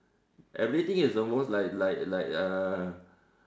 everything is almost like like like uh